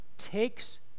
takes